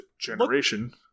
generation